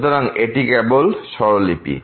সুতরাং এটি কেবল স্বরলিপি